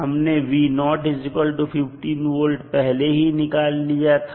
हमने v 15 volt पहले ही निकाल लिया था